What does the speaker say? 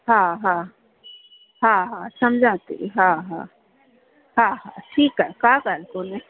हा हा हा हा सम्झा थी हा हा हा हा ठीकु आहे का ॻाल्हि कोन्हे